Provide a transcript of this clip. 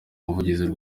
umuvugizi